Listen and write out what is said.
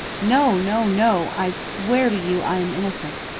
no, no, no! i swear to you i am innocent!